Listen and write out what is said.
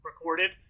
recorded